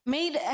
made